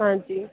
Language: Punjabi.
ਹਾਂਜੀ